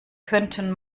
könnten